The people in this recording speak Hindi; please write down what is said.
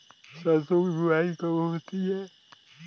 सरसों की बुआई कब होती है?